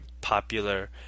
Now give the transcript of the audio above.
popular